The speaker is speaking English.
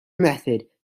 method